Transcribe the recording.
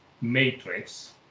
matrix